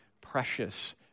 precious